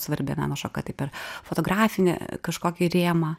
svarbi meno šaka tai per fotografinį kažkokį rėmą